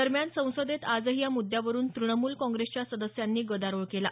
दरम्यान संसदेत आजही या मुद्यावरून त्रणमूल काँग्रेसच्या सदस्यांनी गदारोळ केला